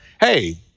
hey